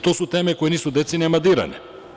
To su teme koje nisu decenijama dirane.